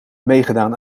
meegedaan